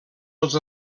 els